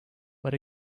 but